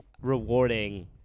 rewarding